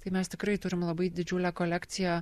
tai mes tikrai turim labai didžiulę kolekciją